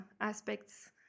aspects